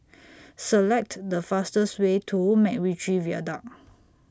Select The fastest Way to Macritchie Viaduct